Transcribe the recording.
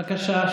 בבקשה,